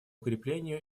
укреплению